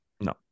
No